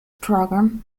program